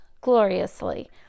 gloriously